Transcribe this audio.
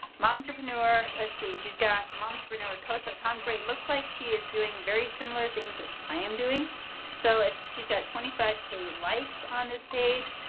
momtrepreneur, let's see. she's got momtrepreneurcoach a concrete. looks like she is doing very similar things that i am doing so it's she's got twenty five k likes on this page